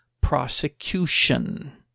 prosecution